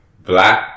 black